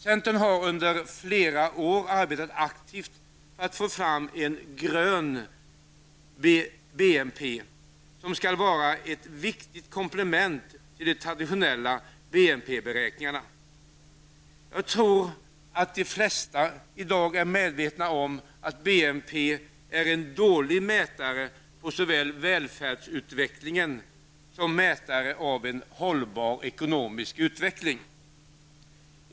Centern har under flera år arbetat aktivt för att få fram en grön BNP, som skall vara ett viktigt komplement till de traditionella BNP beräkningarna. Jag tror att de flesta i dag är medvetna om att BNP är en dålig mätare på välfärdsutvecklingen, liksom det är en dålig mätare av en hållbar ekonomisk utveckling.